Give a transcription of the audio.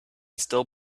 still